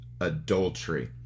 adultery